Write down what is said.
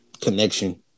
connection